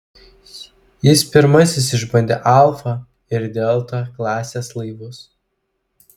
jis pirmasis išbandė alfa ir delta klasės laivus